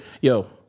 Yo